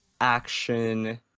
action